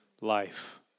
life